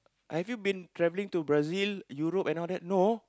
have you been travelling to Brazil Europe and all that no